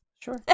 sure